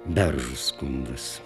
beržo skundas